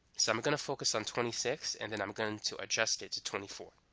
so i'm gonna focus on twenty six and then i'm going to adjust it to twenty four